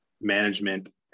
management